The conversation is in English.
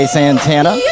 Santana